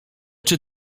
czy